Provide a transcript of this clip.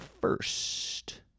first